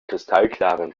kristallklaren